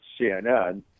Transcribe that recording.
CNN